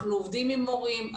אנחנו עובדים עם מורים,